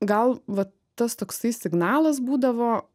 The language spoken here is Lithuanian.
gal vat tas toksai signalas būdavo